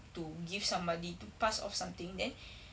to give somebody to pass off something then